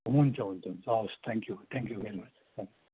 हुन्छ हुन्छ हुन्छ हवस् thank you thank you very much